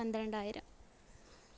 പന്ത്രണ്ടായിരം